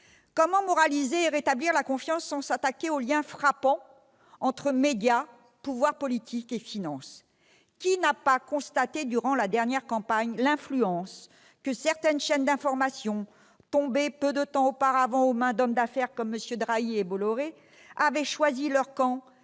comment moraliser et rétablir la confiance sans s'attaquer aux liens frappants entre médias, pouvoir politique et finance ? Qui n'a pas constaté, durant la dernière campagne présidentielle, l'influence de certaines chaînes d'information, tombées peu de temps auparavant aux mains d'hommes d'affaires comme MM. Drahi et Bolloré, qui avaient choisi leur camp